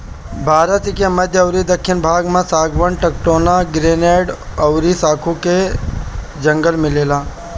भारत के मध्य अउरी दखिन भाग में सागवान, टेक्टोना, ग्रैनीड अउरी साखू के जंगल मिलेला